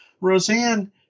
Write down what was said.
Roseanne